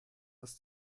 ist